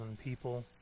people